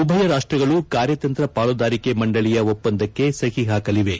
ಉಭಯ ರಾಷ್ಟಗಳು ಕಾರ್ಯತಂತ್ರ ಪಾಲುದಾರಿಕೆ ಮಂಡಳಿಯ ಒಪ್ಪಂದಕ್ಕೆ ಸಹಿ ಹಾಕಲಿವೆ